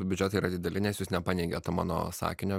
biudžetai yra dideli nes jūs nepaneigėt mano sakinio